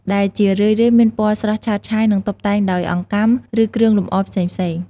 ដែលជារឿយៗមានពណ៌ស្រស់ឆើតឆាយ និងតុបតែងដោយអង្កាំ ឬគ្រឿងលម្អផ្សេងៗ។